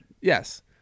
Yes